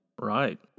Right